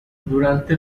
durante